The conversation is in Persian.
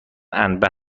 انبه